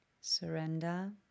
Surrender